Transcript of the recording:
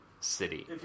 city